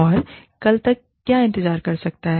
और कल तक क्या इंतजार कर सकता है